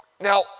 Now